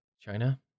China